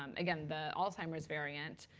um again, the alzheimer's variant,